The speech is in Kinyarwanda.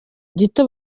gito